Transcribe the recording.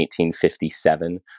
1857